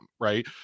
right